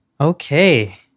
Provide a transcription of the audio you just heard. okay